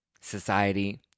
society